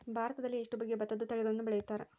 ಭಾರತದಲ್ಲಿ ಎಷ್ಟು ಬಗೆಯ ಭತ್ತದ ತಳಿಗಳನ್ನು ಬೆಳೆಯುತ್ತಾರೆ?